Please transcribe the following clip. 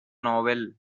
novel